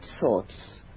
sorts